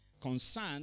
Concern